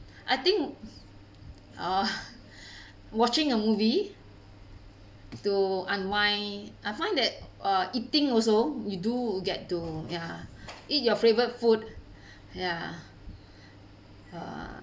I think uh watching a movie to unwind I find that uh eating also you do get to ya eat your favorite food ya uh